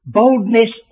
boldness